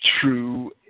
true